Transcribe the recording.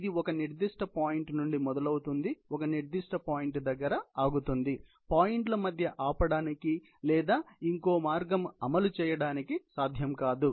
ఇది ఒక నిర్దిష్ట పాయింట్ నుండి మొదలవుతుంది ఒక నిర్దిష్ట పాయింట్ దగ్గర ఆగుతుంది పాయింట్ల మధ్య ఆపడానికి లేదా ఇంకో మార్గము అమలు చేయడానికి సాధ్యం కాదు